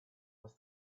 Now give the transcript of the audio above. was